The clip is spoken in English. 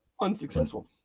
unsuccessful